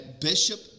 bishop